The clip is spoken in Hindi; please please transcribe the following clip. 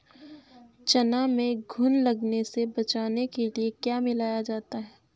चना में घुन लगने से बचाने के लिए क्या मिलाया जाता है?